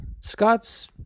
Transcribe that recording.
Scott's